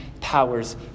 powers